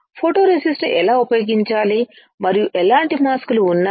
ఫోటోరెసిస్ట్ను ఎలా ఉపయోగించాలి మరియు ఎలాంటి మాస్క్ లు ఉన్నాయి